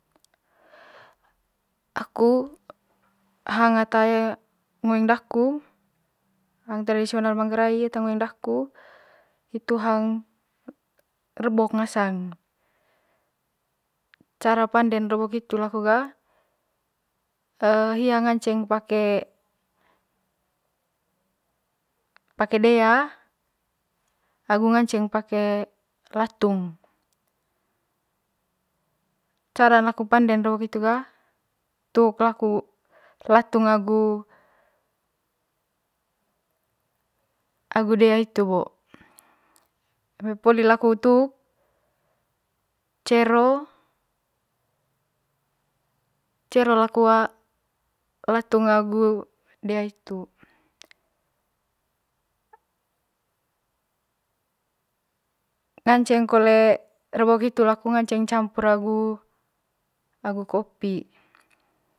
Aku hang ata ngoeng daku hang tradisional manggarai ata ngoeng daku itu hang rebok ngasangn cara panden rebok hitu laku ga hia ngaceng pake dea'agu ngaceng pake latung caran laku panden rebok hitu ga tuk laku latung agu agu dea hitu bo eme poli laku tuk cero cero laku latung agu dea hitu ngaceng kole rebok hitu ngaceng campur agu agu kopi.